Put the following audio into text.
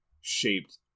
shaped